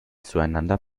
zueinander